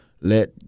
let